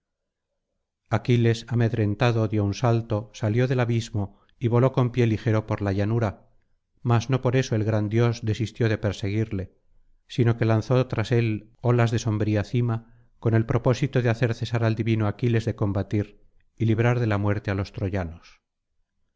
aquiles amedrentado dio un salto salió del abismo y voló con pie ligero por la llanura mas no por esto el gran dios desistió de perseguirle sino que lanzó tras él olas de sombría cima con el propósito de hacer cesar al divino aquiles de combatir y librar de la muerte á los troyanos